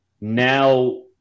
Now